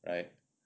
right